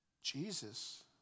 Jesus